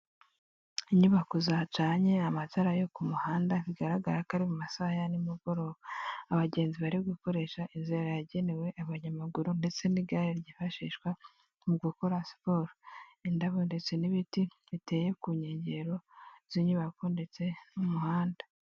Inyubako zacanye amatara yo ku muhanda bigaragara ko ari mu masaha ya nimugoroba; abagenzi bari gukoresha inzira yagenewe abanyamaguru ndetse n'igare ryifashishwa mu gukora siporo; indabo ndetse n'ibiti biteye ku nkengero z'inyubako ndetse n'umuhanda.